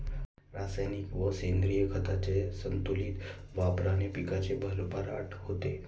रासायनिक व सेंद्रिय खतांच्या संतुलित वापराने पिकाची भरभराट होते